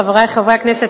חברי חברי הכנסת,